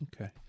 Okay